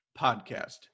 podcast